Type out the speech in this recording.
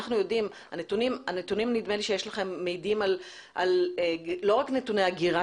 הנתונים שיש לכם מעידים לא רק על נתוני הגירה